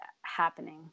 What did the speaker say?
happening